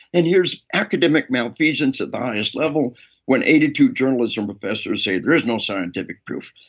and here's academic malfeasance at the highest level when eighty two journalism professors say, there is no scientific proof.